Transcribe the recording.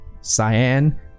cyan